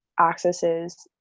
accesses